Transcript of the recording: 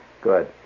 Good